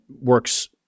works